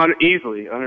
easily